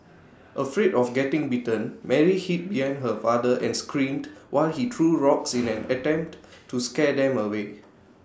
afraid of getting bitten Mary hid behind her father and screamed while he threw rocks in an attempt to scare them away